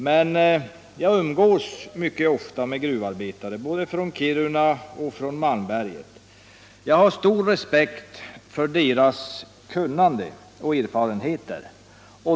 Men jag umgås mycket ofta med gruvarbetare, både från Kiruna och från Malmberget, och jag har stor respekt för deras kunnande och deras erfarenheter.